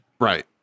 Right